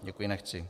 Děkuji, nechci.